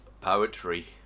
Poetry